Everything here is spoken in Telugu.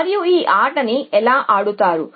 కాబట్టి మీరు ఈ ఆటను ఎలా ఆడతారు